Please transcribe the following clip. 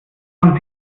man